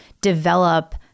develop